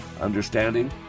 understanding